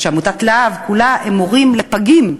ועמותת לה"ב כולה הם הורים לפגים,